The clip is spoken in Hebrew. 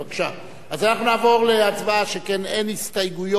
בבקשה, אנחנו נעבור להצבעה, שכן אין הסתייגויות,